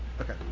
Okay